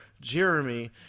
jeremy